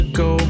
go